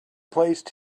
placed